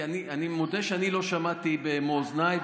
כי אני מודה שאני לא שמעתי במו אוזניי,